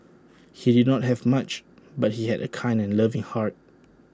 he did not have much but he had A kind and loving heart